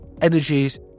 energies